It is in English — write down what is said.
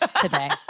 today